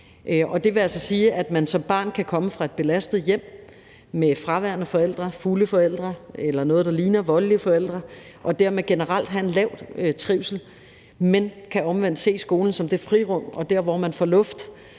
Det vil altså sige, at man som barn kan komme fra et belastet hjem med fraværende forældre, fulde forældre eller noget, der ligner voldelige forældre, og dermed generelt have en lav trivsel, men omvendt kan se skolen som det frirum og der, hvor man får luft,